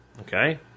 Okay